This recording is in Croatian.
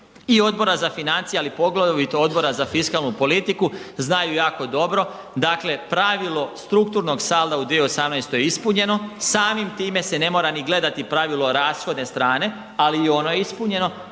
i Odbora za financije, a poglavito Odbora za fiskalnu politiku znaju jako dobro, dakle pravilo strukturnog salda u 2018. je ispunjeno, samim time se ne mora ni gledati pravilo rashodne strane, ali i ono je ispunjeno